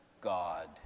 God